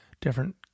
different